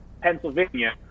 Pennsylvania